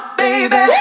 baby